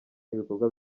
n’ibikorwa